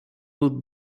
would